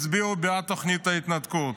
שהצביעו בעד תוכנית ההתנתקות.